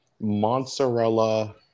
mozzarella